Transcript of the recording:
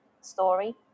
story